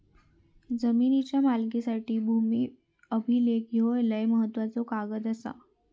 जमिनीच्या मालकीसाठी भूमी अभिलेख ह्यो लय महत्त्वाचो कागद आसा